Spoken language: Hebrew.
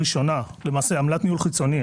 עמלת ניהול חיצוני,